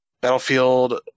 Battlefield